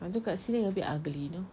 gantung kat ceiling a bit ugly you know